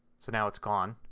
so now it is gone.